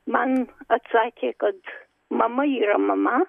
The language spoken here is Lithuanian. man atsakė kad mama yra mama